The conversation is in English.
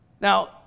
Now